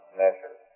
measure